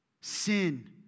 sin